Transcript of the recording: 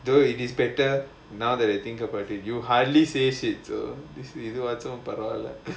though it is better now that I think about it you hardly says it so this is இது வாச்சும் பரவால:idhu vaachum paravaala